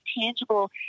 tangible